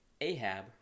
Ahab